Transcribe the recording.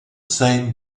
same